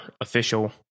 official